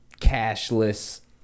cashless